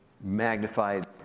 magnified